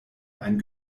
ein